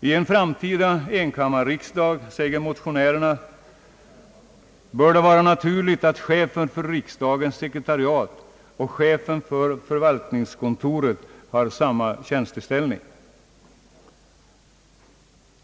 I en framtida enkammarriksdag, säger motionärerna, bör det vara naturligt att chefen för riksdagens sekretariat och chefen för förvaltningskontoret har samma tjänsteställning.